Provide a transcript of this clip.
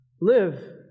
Live